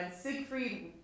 Siegfried